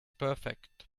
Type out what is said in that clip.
perfect